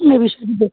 এই বিষয়টি দেখবো